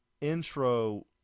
intro